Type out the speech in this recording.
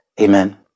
Amen